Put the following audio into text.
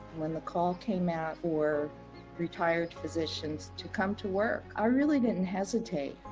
when the call came out for retired physicians to come to work, i really didn't hesitate.